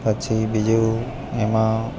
પછી બીજું એમાં